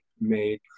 made